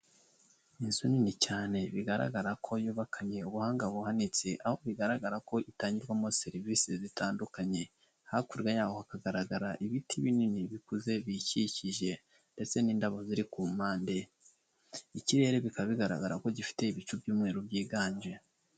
Ni inzu nini cyane bigaragara ko yubakanye ubuhanga buhanitse, aho bigaragara ko itangirwamo serivisi zitandukanye, hakurya yaho hakagaragara ibiti binini bikuze biyikikije ndetse n'indabo ziri ku mpande, ikirere bikaba bigaragara ko gifite ibicu by'umweru byiganje.